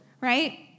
right